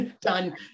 done